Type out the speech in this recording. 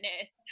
fitness